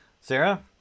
Sarah